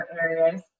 areas